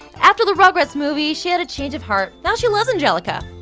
after the rugrats movie, she had a change of heart. now she loves angelica.